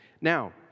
Now